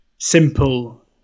simple